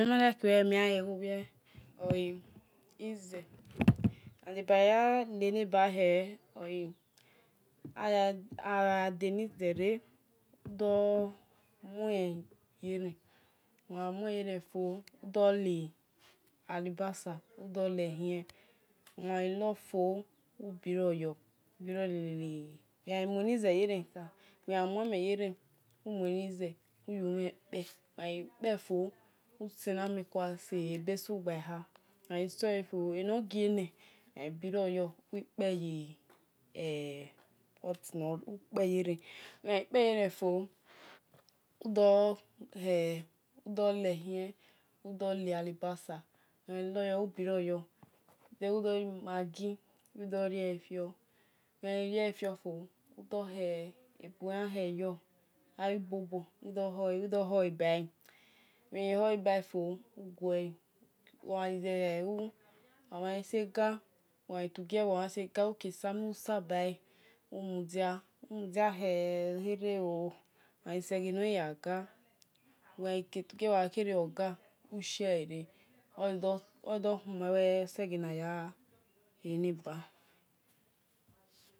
Ebi mel like nimel yale eghowie ole ize and ebaya lelebahe oe agho deni zere ado mue yeren agha mue yeren fo ado li-alubasa adole hien aghai lor fo ado biroyor wel ghai mueni zeyeren mel gha muame yeren wel mueni ze wil yu mhen kpe wel ghai kpefo use namel kua sebesugba-har mel ghai soen fo enogie enor gie ne wel biroyo wil kpei yi e ukpe yeren wel ghai kpe yeren fo udor hel lehien udor li-alubasa ughai lor yor ubiroyor then udo ri-maggi udo rieyor wel ghai rieyor for udo hel buyan hel yor oghai bobo udo hole bore ughai hoe bae fo ugue oghai zelu wel ghai tugie omhan ghi se gar ukie same usa bae umu dia khee ghe khere aghai seghe nor ijan ghi yar gar wel gha kie tugielu wel gha kere oga ushiele re odor khien oseghe naya leba